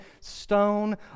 stone